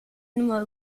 nimmer